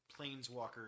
planeswalker